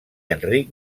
enric